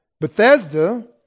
Bethesda